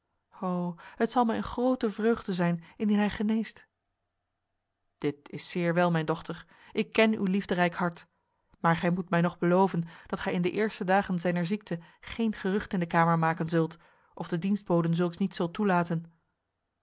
ho het zal mij een grote vreugde zijn indien hij geneest dit is zeer wel mijn dochter ik ken uw liefderijk hart maar gij moet mij nog beloven dat gij in de eerste dagen zijner ziekte geen gerucht in de kamer maken zult of de dienstboden zulks niet zult toelaten